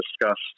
discussed